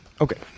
Okay